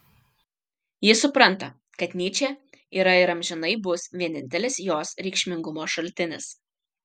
ji supranta kad nyčė yra ir amžinai bus vienintelis jos reikšmingumo šaltinis